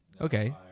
Okay